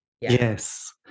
Yes